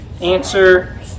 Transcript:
answer